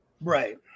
Right